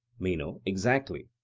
meno exactly.